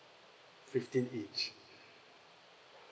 fifteen inch